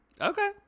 Okay